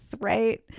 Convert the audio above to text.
right